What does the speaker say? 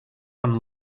one